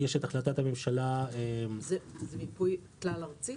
יש את החלטת הממשלה --- זה מיפוי כלל ארצי?